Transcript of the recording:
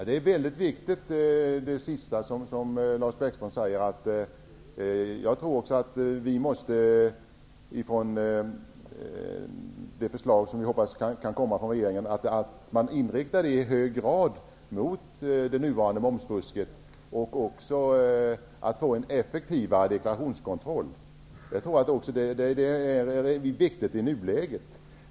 Herr talman! Det senaste som Lars Bäckström sade är väldigt viktigt. Även jag hoppas att regeringens förslag inriktas i hög grad mot det nuvarande momsfusket och en effektivare deklarationskontroll. Det vore viktigt i nuläget.